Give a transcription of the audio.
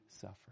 suffer